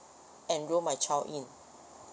enroll my child in